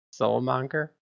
soulmonger